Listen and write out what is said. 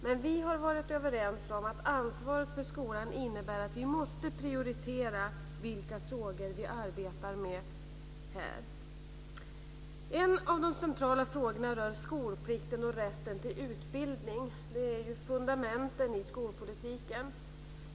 Men vi har varit överens om att ansvaret för skolan innebär att vi måste prioritera vilka frågor som vi arbetar med här. En av de centrala frågorna rör skolplikten och rätten till utbildning. Det är ju fundamenten i skolpolitiken.